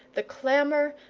the clamour,